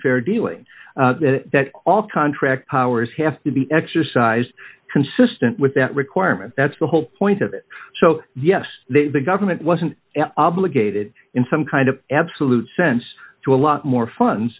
dealing that all contract powers have to be exercised consistent with that requirement that's the whole point of it so yes the government wasn't obligated in some kind of absolute sense to a lot more fun